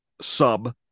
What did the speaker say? sub